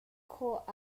khawh